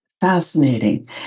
fascinating